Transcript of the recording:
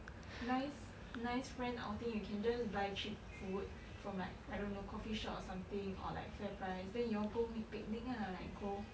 nice nice friend outing you can just buy cheap food from like I don't know coffeeshop or something or like Fairprice then you all go make picnic lah like go